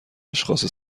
اشخاص